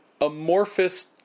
amorphous